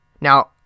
Now